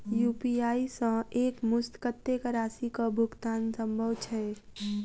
UPI सऽ एक मुस्त कत्तेक राशि कऽ भुगतान सम्भव छई?